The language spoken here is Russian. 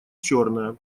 черная